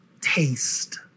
taste